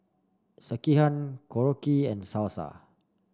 Sekihan Korokke and Salsa